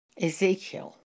Ezekiel